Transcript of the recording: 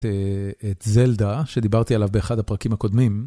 את זלדה, שדיברתי עליו באחד הפרקים הקודמים.